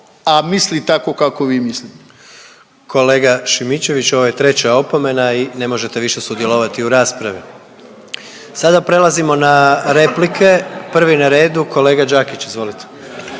Gordan (HDZ)** Kolega Šimičević, ovo je treća opomena i ne možete više sudjelovati u raspravi. Sada prelazimo na replike, prvi na redu kolega Đakić, izvolite.